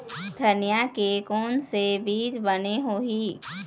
धनिया के कोन से बीज बने होही?